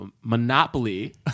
monopoly